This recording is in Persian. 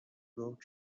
گفت